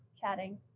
chatting